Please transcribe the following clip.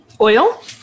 oil